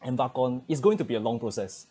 embark on it's going to be a long process